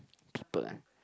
people lah